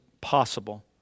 possible